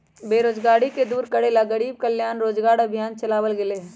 बेरोजगारी के दूर करे ला गरीब कल्याण रोजगार अभियान चलावल गेले है